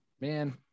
man